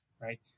right